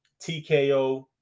TKO